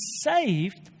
saved